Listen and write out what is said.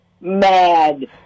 mad